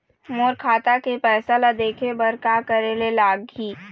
मोर खाता के पैसा ला देखे बर का करे ले लागही?